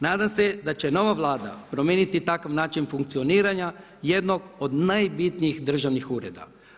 Nadam se da će nova Vlada promijeniti takav način funkcioniranja jednog od najbitnijih državnih ureda.